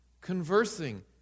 conversing